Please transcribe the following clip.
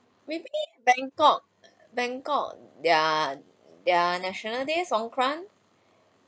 with me bangkok bangkok their their national day songkran